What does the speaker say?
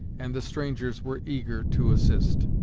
and the strangers were eager to assist.